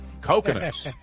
Coconuts